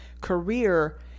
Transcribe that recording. career